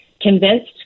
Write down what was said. convinced